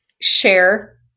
share